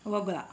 वगळा